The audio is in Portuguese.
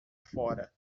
fora